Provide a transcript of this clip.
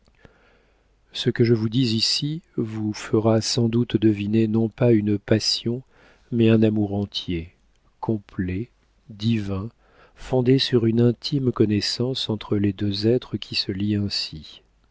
ce que je vous dis ici vous fera sans doute deviner non pas une passion mais un amour entier complet divin fondé sur une intime connaissance entre les deux êtres qui se lient ainsi